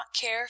care